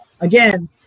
again